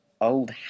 old